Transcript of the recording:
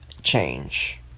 change